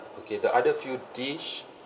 okay the other few dish